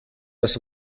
das